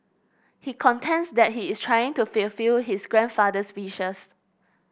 he contends that he is trying to fulfil his grandfather's wishes